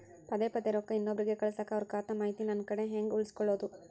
ಪದೆ ಪದೇ ರೊಕ್ಕ ಇನ್ನೊಬ್ರಿಗೆ ಕಳಸಾಕ್ ಅವರ ಖಾತಾ ಮಾಹಿತಿ ನನ್ನ ಕಡೆ ಹೆಂಗ್ ಉಳಿಸಿಕೊಳ್ಳೋದು?